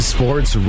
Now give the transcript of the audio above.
Sports